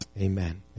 Amen